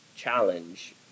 challenge